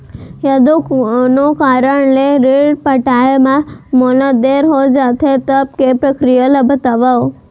यदि कोनो कारन ले ऋण पटाय मा मोला देर हो जाथे, तब के प्रक्रिया ला बतावव